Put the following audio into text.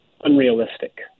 unrealistic